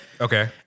Okay